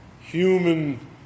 human